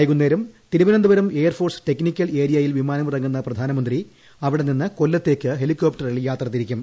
വൈകുന്നേരം Thiruvananthapuram air force technical ഏരിയയിൽ വിമാന മിറങ്ങുന്ന പ്രധാനമന്ത്രി അവിടെ നിന്ന് ക്ടൊല്ലത്തേയ്ക്ക് ഹെലികോ പ്റ്ററിൽ യാത്ര തിരിക്കും